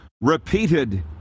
repeated